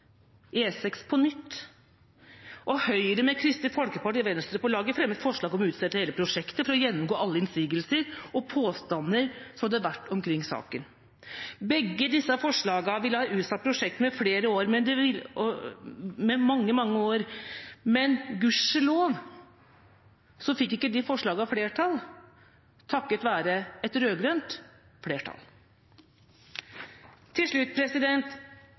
E6-Dovrebanen på nytt. Og Høyre, med Kristelig Folkeparti og Venstre på laget, fremmet forslag om å utsette hele prosjektet for å gjennomgå alle innsigelser og påstander som hadde vært omkring saken. Begge disse forslagene ville ha utsatt prosjektene med mange, mange år, men gudskjelov fikk ikke de forslagene flertall, takket være et rød-grønt flertall. Til slutt: